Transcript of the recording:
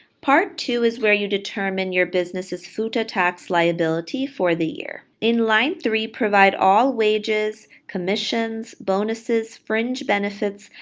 part two is where you determine your business's futa tax liability for the year. in line three, provide all wages, commissions, bonuses, fringe benefits,